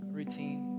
routine